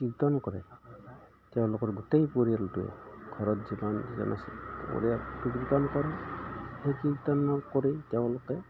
কীৰ্তন কৰে তেওঁলোকৰ গোটেই পৰিয়ালটোৱে ঘৰত যিমানজন আছে পৰিয়াল কীৰ্তন কৰে সেই কীৰ্তন কৰি তেওঁলোকে